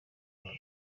wazo